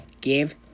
give